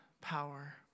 power